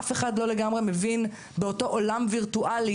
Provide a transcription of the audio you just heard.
אף אחד לא לגמרי מבין באותו עולם וירטואלי